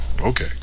okay